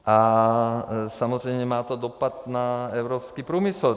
A samozřejmě to má dopad na evropský průmysl.